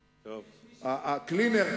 ה-"Cleaner"